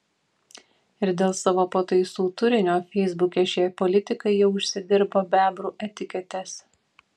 ir dėl savo pataisų turinio feisbuke šie politikai jau užsidirbo bebrų etiketes